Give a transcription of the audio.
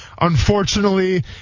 Unfortunately